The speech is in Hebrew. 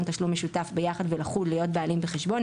תשלום משותף ביחד ולחוד להיות בעלים בחשבון,